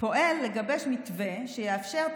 פועל לגבש מתווה שיאפשר,